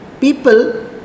People